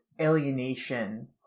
alienation